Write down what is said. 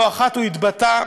לא אחת הוא התבטא,